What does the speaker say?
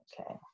Okay